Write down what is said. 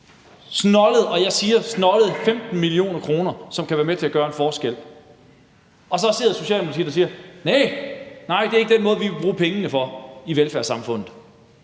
Snoldede, jeg siger snoldede, 15 mio. kr. kan være med til at gøre en forskel, og så sidder Socialdemokratiet og siger: Nej, det er ikke den måde, vi vil bruge pengene på i velfærdssamfundet.